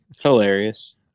Hilarious